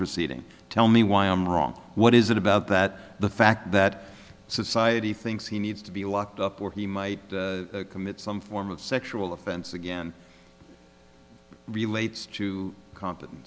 proceeding tell me why i'm wrong what is it about that the fact that society thinks he needs to be locked up or he might commit some form of sexual offense again relates to co